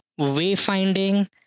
wayfinding